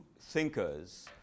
thinkers